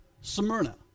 Smyrna